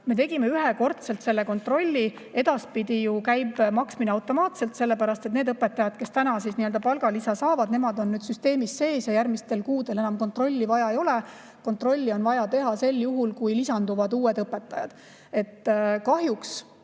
Me tegime ühekordse kontrolli, edaspidi aga käib maksmine automaatselt, sellepärast et need õpetajad, kes palgalisa saavad, on nüüd süsteemis sees ja järgmistel kuudel enam ei ole kontrolli vaja. Kontrolli on vaja teha sel juhul, kui lisanduvad uued õpetajad.